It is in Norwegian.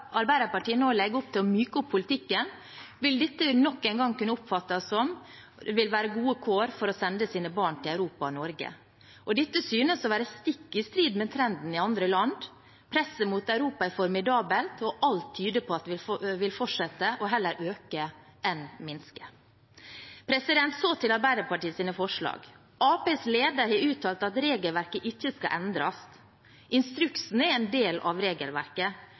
Arbeiderpartiet nå legger opp til å myke opp politikken, vil dette nok en gang kunne oppfattes som at det vil være gode kår for å sende sine barn til Europa og Norge. Dette synes å være stikk i strid med trenden i andre land. Presset mot Europa er formidabelt, og alt tyder på at det vil fortsette, og heller øke enn minske. Så til Arbeiderpartiets forslag. Arbeiderpartiets leder har uttalt at regelverket ikke skal endres. Instruksen er en del av regelverket.